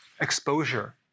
exposure